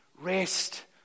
rest